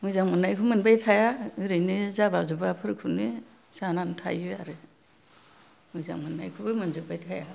मोजां मोन्नायखौ मोनबाय थाया ओरैनो जाबा जुबाफोरखौनो जानानै थायो आरो मोजां मोन्नायखौबो मोनजोब्बाय थाया